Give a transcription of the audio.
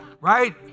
Right